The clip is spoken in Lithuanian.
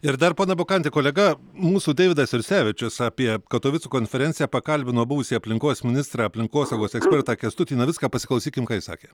ir dar pone bukanti kolega mūsų deividas jursevičius apie katovicų konferenciją pakalbino buvusį aplinkos ministrą aplinkosaugos ekspertą kęstutį navicką pasiklausykim ką jis sakė